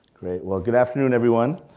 great, well good afternoon everyone.